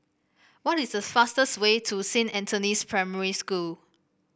what is the fastest way to Saint Anthony's Primary School